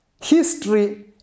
history